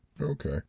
Okay